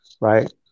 right